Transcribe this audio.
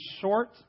short